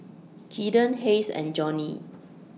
Kaeden Hays and Johny